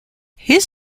his